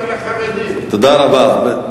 תודה רבה.